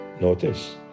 Notice